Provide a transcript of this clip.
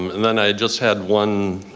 um and then i just had one,